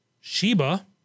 Sheba